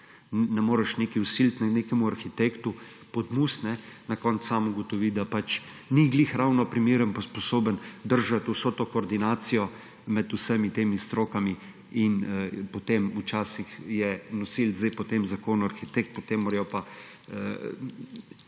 ne moreš nekaj vsiliti nekemu arhitektu, na koncu sam ugotovi, da ni ravno primeren, pa sposoben držati vso to koordinacijo med vsemi temi strokami in potem včasih je nosilec zdaj po tem zakonu arhitekt, potem pa